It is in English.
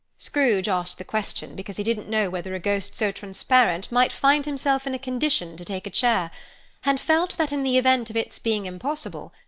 scrooge asked the question, because he didn't know whether a ghost so transparent might find himself in a condition to take a chair and felt that in the event of its being impossible,